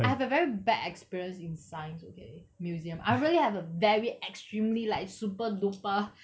I have a very bad experience in science okay museum I really have a very extremely like super duper